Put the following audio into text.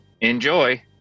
Enjoy